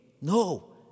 No